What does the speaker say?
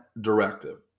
directive